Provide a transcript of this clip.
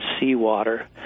seawater